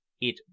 It